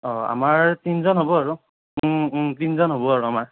অঁ আমাৰ তিনিজন হ'ব আৰু তিনিজন হ'ব আৰু আমাৰ